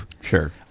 Sure